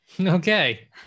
Okay